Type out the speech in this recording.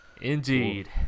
Indeed